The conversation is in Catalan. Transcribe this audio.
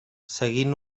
seguint